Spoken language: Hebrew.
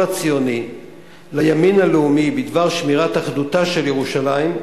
הציוני לימין הלאומי בדבר שמירת אחדותה של ירושלים,